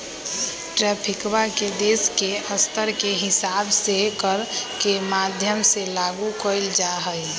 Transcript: ट्रैफिकवा के देश के स्तर के हिसाब से कर के माध्यम से लागू कइल जाहई